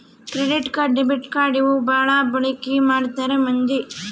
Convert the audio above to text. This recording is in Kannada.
ಕ್ರೆಡಿಟ್ ಕಾರ್ಡ್ ಡೆಬಿಟ್ ಕಾರ್ಡ್ ಇವು ಬಾಳ ಬಳಿಕಿ ಮಾಡ್ತಾರ ಮಂದಿ